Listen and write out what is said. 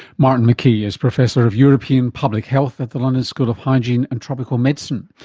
martin mckee is professor of european public health at the london school of hygiene and tropical medicine.